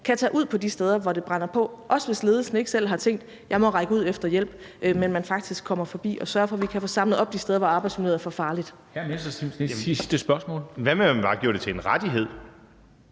kan tage ud på de steder, hvor det brænder på, også hvis ledelsen ikke selv har tænkt, at man må række ud efter hjælp, sådan at de faktisk kommer forbi og sørger for, at vi kan få samlet op de steder, hvor arbejdsmiljøet er for farligt. Kl. 13:22 Formanden (Henrik